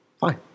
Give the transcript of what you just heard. Fine